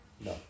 No